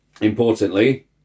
Importantly